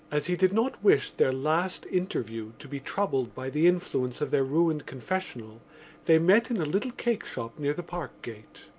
as he did not wish their last interview to be troubled by the influence of their ruined confessional they met in a little cakeshop near the parkgate.